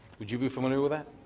would you be familiar with that?